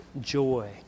joy